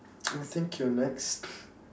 I think you're next